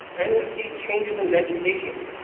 and we see changes in vegetation.